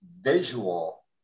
visual